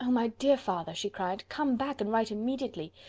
um my dear father, she cried, come back and write immediately.